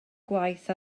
gwaith